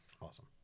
Awesome